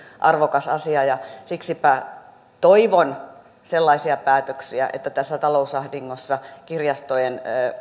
arvokas asia ja siksipä toivon sellaisia päätöksiä että tässä talousahdingossa kirjastojen